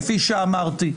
כפי שאמרתי.